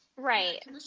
Right